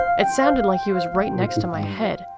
it sounded like he was right next to my head,